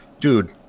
Dude